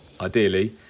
ideally